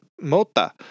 Mota